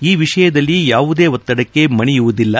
ಈ ವಿಷಯದಲ್ಲಿ ಯಾವುದೇ ಒತ್ತಡಕ್ಕೆ ಮಣಿಯುವುದಿಲ್ಲ